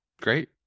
Great